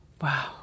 Wow